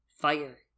Fire